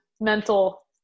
mental